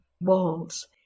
walls